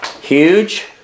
Huge